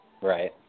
Right